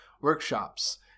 workshops